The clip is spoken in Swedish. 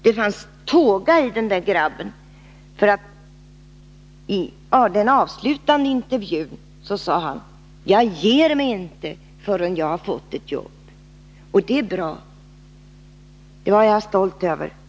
Det fanns tåga i den grabben; i den avslutande intervjun sade han: ”Jag ger mig inte förrän jag har fått ett jobb.” Det är bra, det var jag stolt över att höra.